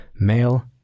Male